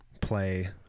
play